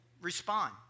respond